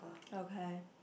okay